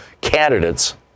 candidates